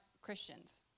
Christians